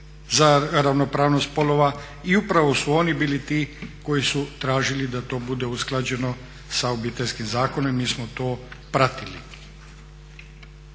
za ravnopravnost spolova i upravo su oni bili ti koji su tražili da to bude usklađeno sa Obiteljskim zakonom. Mi smo to pratili.